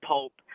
Pope